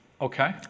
Okay